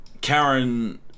Karen